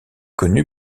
connu